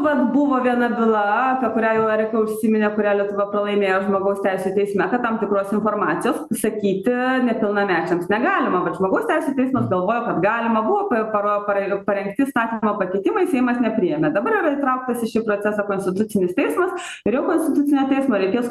vat buvo viena byla apie kurią jau erika užsiminė kurią lietuva pralaimėjo žmogaus teisių teisme kad tam tikros informacijos sakyti nepilnamečiams negalima bet žmogaus teisių teismas galvojo kad galima buvo p paro para parengti įstatymo pakeitimais seimas nepriėmė dabar yra įtrauktas į šį procesą konstitucinis teismas ir va konstitucinio teismo reikės